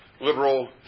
liberal